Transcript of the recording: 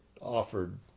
offered